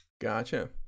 Gotcha